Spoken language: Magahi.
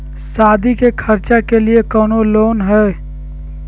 सादी के खर्चा के लिए कौनो लोन है?